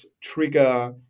trigger